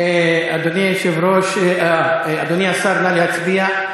אדוני היושב-ראש, אה, אדוני השר, נא להצביע.